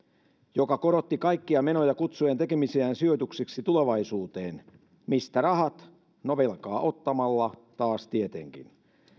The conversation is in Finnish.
joka korotti kaikkia menoja kutsuen tekemisiään sijoituksiksi tulevaisuuteen mistä rahat no velkaa ottamalla taas tietenkin